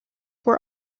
were